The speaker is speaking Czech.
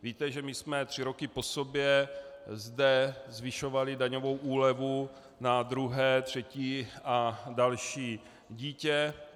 Víte, že my jsme tři roky po sobě zde zvyšovali daňovou úlevu na druhé, třetí a další dítě.